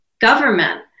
government